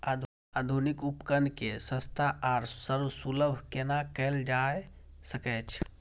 आधुनिक उपकण के सस्ता आर सर्वसुलभ केना कैयल जाए सकेछ?